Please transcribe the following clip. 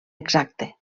exacte